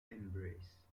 embrace